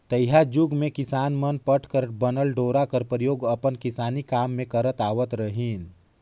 तइहा जुग मे किसान मन पट कर बनल डोरा कर परियोग अपन किसानी काम मे करत आवत रहिन